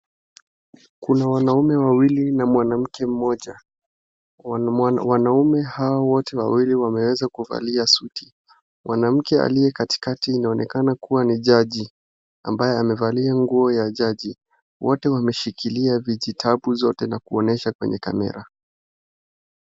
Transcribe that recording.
Kuna wanaume wawili na mwanamke mmoja. Wanaume hao wote wawili wameweza kuvalia suti. Mwanamke aliyekatikati inaonekana kuwa ni jaji ambaye amevalia nguo ya jaji. Wote wameshikilia vijitabu zote na kuonyesha kwenye kamera.